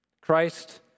Christ